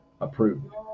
approved